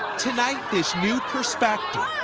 tonight this new perspective.